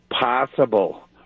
possible